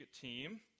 team